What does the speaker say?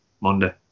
Monday